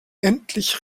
endlich